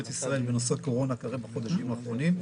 ישראל בנושא קורונה בחודשים האחרונים.